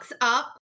up